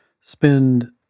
spend